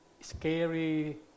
scary